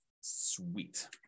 Sweet